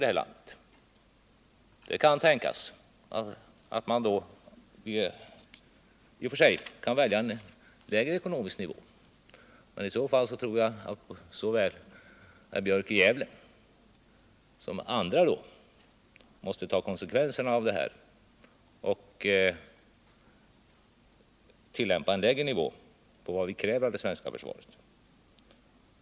Det är i och för sig tänkbart att man skulle kunna välja en lägre ekonomisk nivå, men i så fall tror jag att såväl herr Björk i Gävle som andra måste ta konsekvenserna av detta och också sänka nivån när det gäller kraven på det svenska försvaret.